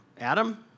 Adam